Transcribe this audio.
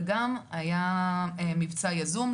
וגם היה מבצע יזום,